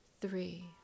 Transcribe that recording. three